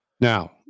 Now